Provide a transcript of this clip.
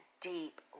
deep